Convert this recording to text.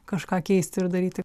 kažką keisti ir daryti